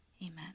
Amen